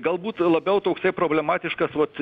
galbūt labiau toksai problematiškas vat